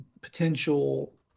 potential